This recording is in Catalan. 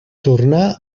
tornà